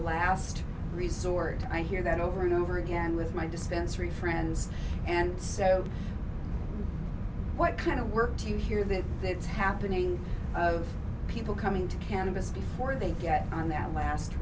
last resort i hear that over and over again with my dispensary friends and so what kind of work do you hear that it's happening people coming to cannabis before they get on that last